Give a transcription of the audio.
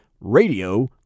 Radio